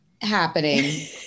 happening